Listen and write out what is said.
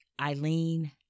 Eileen